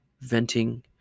venting